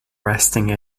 resting